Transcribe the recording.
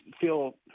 feel